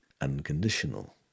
unconditional